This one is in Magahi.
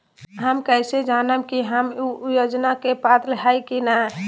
हम कैसे जानब की हम ऊ योजना के पात्र हई की न?